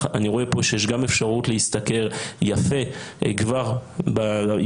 אני רואה פה שיש גם אפשרות להשתכר יפה עם קורס